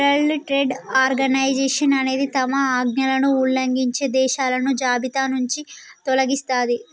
world trade organisation అనేది తమ ఆజ్ఞలను ఉల్లంఘించే దేశాలను జాబితానుంచి తొలగిస్తది